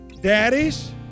Daddies